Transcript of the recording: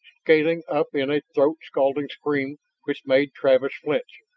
scaling up in a throat-scalding scream which made travis flinch.